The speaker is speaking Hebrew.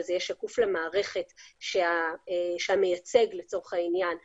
וזה יהיה שקוף למערכת שהמייצג לצורך העניין נכנס,